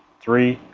three,